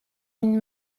une